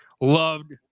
loved